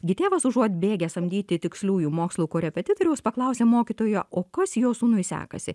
gi tėvas užuot bėgęs samdyti tiksliųjų mokslų korepetitoriaus paklausė mokytojo o kas jo sūnui sekasi